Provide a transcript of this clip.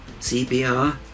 CPR